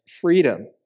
freedom